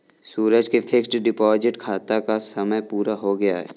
सूरज के fixed deposit खाता का समय पूरा हो गया है